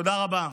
תודה רבה.